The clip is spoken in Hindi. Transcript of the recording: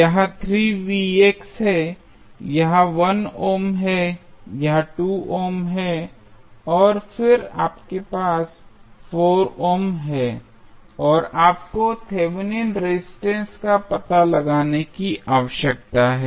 यह है यह 1 ओम है यह 2 ओम है और फिर आपके पास 4 ओम हैं और आपको थेवेनिन रेजिस्टेंस का पता लगाने की आवश्यकता है